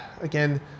again